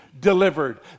delivered